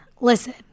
listen